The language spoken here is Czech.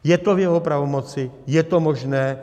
Je to v jeho pravomoci, je to možné.